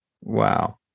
wow